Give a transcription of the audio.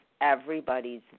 everybody's